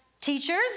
teachers